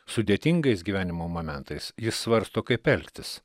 sudėtingais gyvenimo momentais jis svarsto kaip elgtis